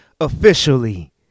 officially